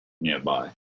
nearby